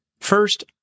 First